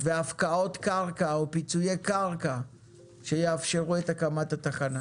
בהפקעות קרקע או פיצויי קרקע שיאפשרו את הקמת התחנה?